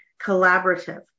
collaborative